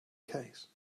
case